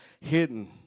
hidden